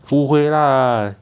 不会啦